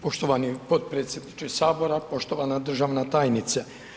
Poštovani potpredsjedniče Sabora, poštovana državna tajnice.